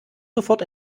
sofort